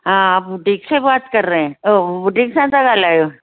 हा बुटीक से बात कर रहे है बुटीक सां था ॻाल्हायो